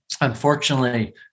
unfortunately